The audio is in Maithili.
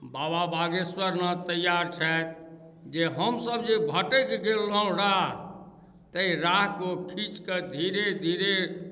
बाबा बागेश्वर नाथ तैआर छथि जे हमसभ जे भटकि गेल रहौँ राह ताहि राहकेँ ओ खीँचि कऽ धीरे धीरे